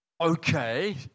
okay